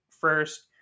first